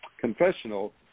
confessional